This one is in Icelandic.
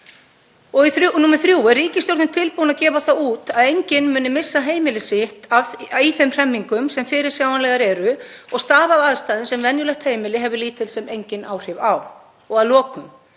Og í þriðja lagi: Er ríkisstjórnin tilbúin að gefa það út að enginn muni missa heimili sitt í þeim hremmingum sem fyrirsjáanlegar eru og aðstæðum sem venjulegt heimili hefur lítil sem engin áhrif á? Og að lokum?